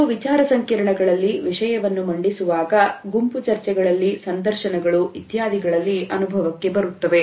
ಇದು ವಿಚಾರಸಂಕಿರಣಗಳಲ್ಲಿ ವಿಷಯವನ್ನು ಮಂಡಿಸುವಾಗ ಗುಂಪು ಚರ್ಚೆಗಳಲ್ಲಿ ಸಂದರ್ಶನಗಳು ಇತ್ಯಾದಿಗಳಲ್ಲಿ ಅನುಭವಕ್ಕೆ ಬರುತ್ತವೆ